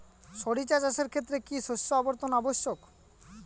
সরিষা চাষের ক্ষেত্রে কি শস্য আবর্তন আবশ্যক?